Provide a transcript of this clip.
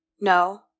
no